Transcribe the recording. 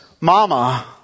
Mama